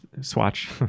swatch